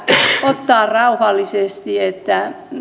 ottaa rauhallisesti